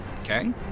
Okay